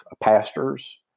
pastors